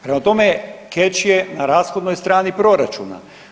Prema tome, ketch je na rashodnoj strani proračuna.